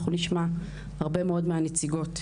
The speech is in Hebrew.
אנחנו נשמע הרבה מאד מהנציגות.